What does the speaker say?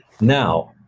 Now